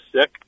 sick